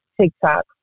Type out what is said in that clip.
TikTok